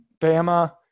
Bama